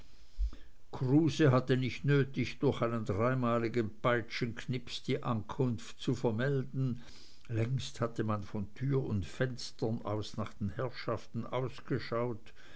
kruse hatte nicht nötig durch einen dreimaligen peitschenknips die ankunft zu vermelden längst hatte man von tür und fenstern aus nach den herrschaften ausgeschaut